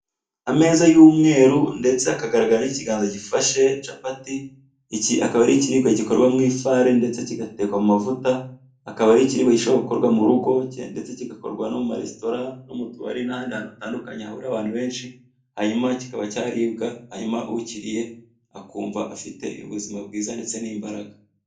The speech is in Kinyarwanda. Ameza y'umweru ndetse hakagaragara n'ikiganza gifashe capati. Iki akaba ari ikiribwa gikorwa mu ifarini ndetse kigatekwa mu mavuta, akaba ari ikiribwa gishobora gukorwa mu rugo ndetse kigakorwa no mu maresitora no mu tubari n'ahantu hatandukanye hahurira abantu benshi, hanyuma kikaba cyaribwa, hanyuma ukiriye akumva afite ubuzima bwiza ndetse n'imbaraga.